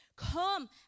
Come